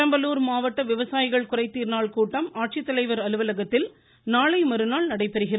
பெரம்பலூர் மாவட்ட விவசாயிகள் குறைதீர் நாள் கூட்டம் ஆட்சித்தலைவர் அலுவலகத்தில் நாளை மறுநாள் நடைபெறுகிறது